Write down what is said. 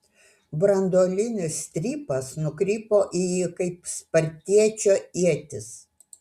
branduolinis strypas nukrypo į jį kaip spartiečio ietis